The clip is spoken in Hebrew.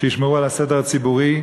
שישמרו על הסדר הציבורי,